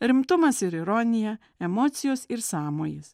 rimtumas ir ironija emocijos ir sąmojis